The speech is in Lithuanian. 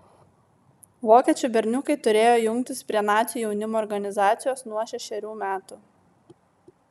vokiečių berniukai turėjo jungtis prie nacių jaunimo organizacijos nuo šešerių metų